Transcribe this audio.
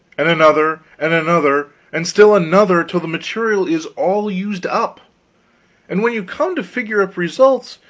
and another and another and still another, till the material is all used up and when you come to figure up results,